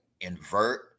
invert